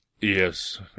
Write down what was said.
Yes